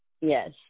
Yes